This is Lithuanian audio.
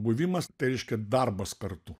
buvimas tai reiškia darbas kartu